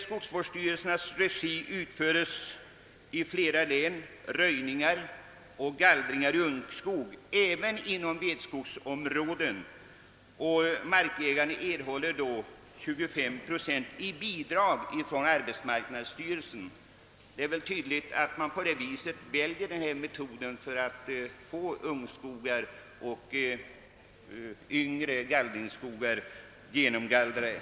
Men i flera län utföres röjningar och gallringar av ungskog i skogsvårdsstyrelsernas regi även inom vedskogsområden. Markägarna erhåller då av arbetsmarknadsstyrelsen ett bi drag på 25 procent, och tydligt är att många väljer den här metoden för att få ungskog och yngre gallringsskog genomgallrad.